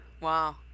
Wow